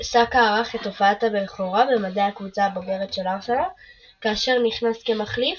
סאקה ערך את הופעת הבכורה במדי הקבוצה הבוגרת של ארסנל כאשר נכנס כמחליף